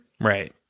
Right